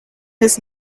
his